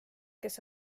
kes